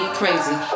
crazy